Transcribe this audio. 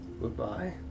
goodbye